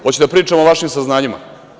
Hoćete da pričamo o vašim saznanjima?